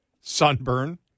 Sunburn